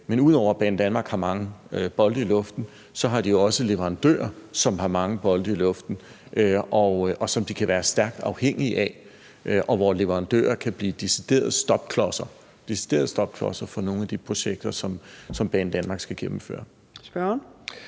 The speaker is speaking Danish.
Men ud over at Banedanmark har mange bolde i luften, har de også leverandører, som har mange bolde i luften, og som de kan være stærkt afhængige af, og hvor leverandører kan blive deciderede stopklodser – deciderede stopklodser – for nogle af de projekter, som Banedanmark skal gennemføre.